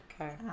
Okay